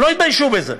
הם לא התביישו בזה.